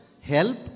help